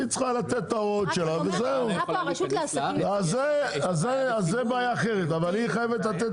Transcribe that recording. היא צריכה לתת את ההוראות האלה מהבחינה הפנים